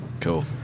Cool